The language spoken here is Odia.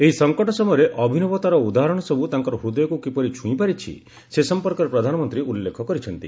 ଏହି ସଂକଟ ସମୟରେ ଅଭିନବତାର ଉଦାହରଣ ସବୁ ତାଙ୍କର ହୃଦୟକୁ କିପରି ଛୁଇଁପାରିଛି ସେ ସଂପର୍କରେ ପ୍ରଧାନମନ୍ତ୍ରୀ ଉଲ୍ଲ୍ଲେଖ କରିଛନ୍ତି